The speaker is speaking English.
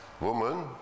woman